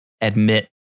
admit